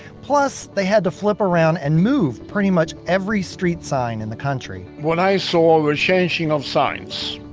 plus they had to flip around and move pretty much every street sign in the country. what i saw was changing of signs.